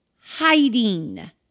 hiding